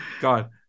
God